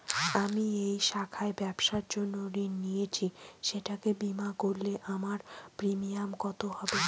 আমি এই শাখায় ব্যবসার জন্য ঋণ নিয়েছি সেটাকে বিমা করলে আমার প্রিমিয়াম কত হবে?